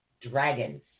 dragons